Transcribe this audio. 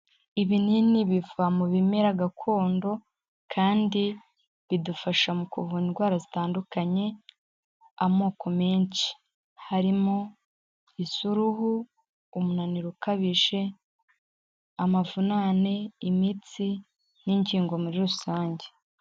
Ibinini biva mu bimera gakondo kandi bidufasha mu kuvura indwara zitandukanye, amoko menshi harimo iz'uruhu, umunaniro ukabije, amavunane, imitsi n'ingingo muri rusange.